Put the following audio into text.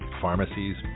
pharmacies